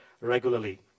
regularly